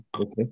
Okay